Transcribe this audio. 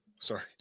sorry